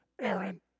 Aaron